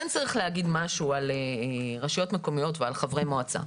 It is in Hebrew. כן צריך להגיד משהו על רשויות מקומיות ועל חברי מועצה.